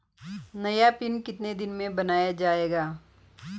नया पिन कितने दिन में बन जायेगा?